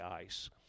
ice